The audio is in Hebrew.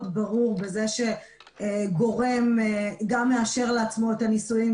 ברור בזה שגורם גם מאשר לעצמו את הניסויים,